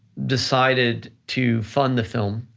decided to fund the film,